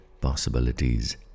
possibilities